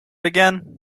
again